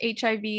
HIV